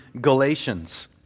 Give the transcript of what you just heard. Galatians